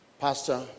Pastor